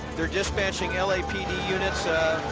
they're dispatching lapd units ah,